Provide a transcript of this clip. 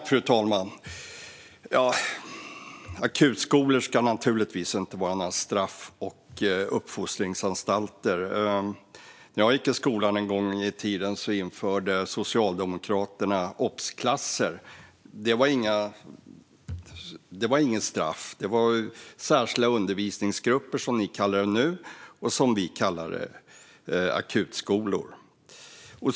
Fru talman! Akutskolor ska naturligtvis inte vara straff och uppfostringsanstalter. När jag en gång i tiden gick i skolan införde Socialdemokraterna obsklasser. Det var inget straff, utan det var särskilda undervisningsgrupper som ni kallar det. Vi kallar det akutskolor.